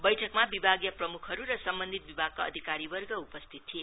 बैठकमा विभागीय प्रमुखहरू र सम्बन्धित विभागका अधिकारीवर्ग उपस्थित थिए